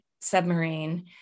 submarine